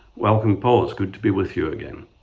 welcome paul. it's good to be with you again.